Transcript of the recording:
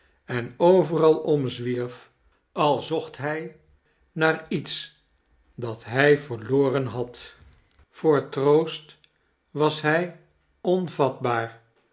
en overal omzwierf als zocht hij naar iets dat hij verloren had voor troost was hij